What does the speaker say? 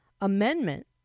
amendment